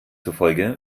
zufolge